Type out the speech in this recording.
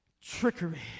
trickery